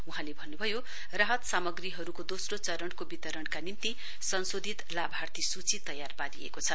वहाँले भन्नुभयो राहत सामग्रीहरूको दोस्रो चरणको वितरण निम्ति संशोदित लाभार्थी सूची तयार पारिएको छ